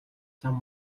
зам